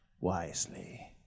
wisely